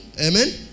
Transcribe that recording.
Amen